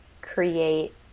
create